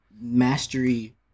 mastery